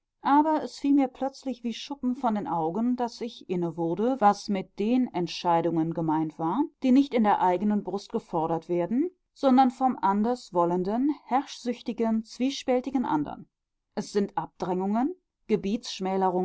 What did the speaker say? aber es fiel mir plötzlich wie schuppen von den augen daß ich inne wurde was mit den entscheidungen gemeint war die nicht in der eigenen brust gefordert werden sondern vom anderswollenden herrschsüchtigen zwiespältigen andern es sind abdrängungen